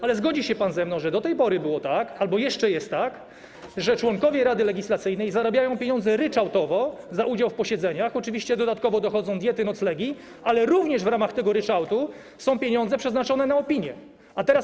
Ale zgodzi się pan ze mną, że do tej pory było tak albo jeszcze jest tak, że członkowie Rady Legislacyjnej zarabiają pieniądze ryczałtowo za udział w posiedzeniach, oczywiście dodatkowo dochodzą diety, noclegi, ale również w ramach tego ryczałtu są pieniądze przeznaczone na opinie.